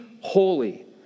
holy